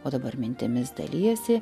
o dabar mintimis dalijasi